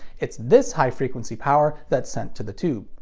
it's this high frequency power that's sent to the tube.